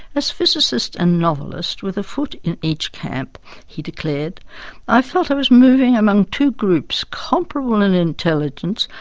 as physicist and novelist with a foot in each camp he declared i felt i was moving among two groups comparable in intelligence,